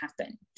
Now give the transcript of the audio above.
happen